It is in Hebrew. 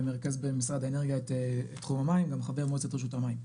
ואני מרכז במשרד האנרגיה את תחום המים וגם יושב ראש תחום המים.